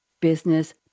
business